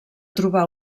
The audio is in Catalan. trobar